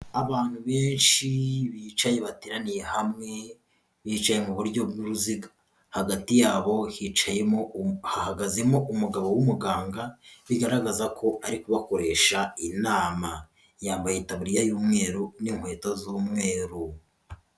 Abantu benshi bicaye bateraniye hamwe, bicaye muburyo bw'uruziga, hagati yabo hicayemo hahagazemo umugabo w'umuganga bigaragaza ko arikoresha inama, yambaye itaburiya y'umweru n'inkweto z'umweru.